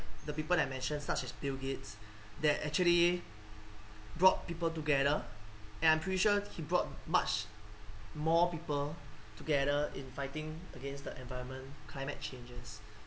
the people that I mention such as bill gates that actually brought people together and I'm pretty sure he brought much more people together in fighting against the environment climate changes